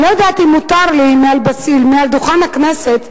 אני לא יודעת אם מותר לי מעל דוכן הכנסת,